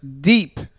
deep